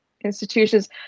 institutions